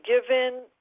given